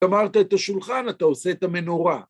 גמרת את השולחן, אתה עושה את המנורה.